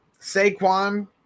Saquon